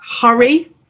hurry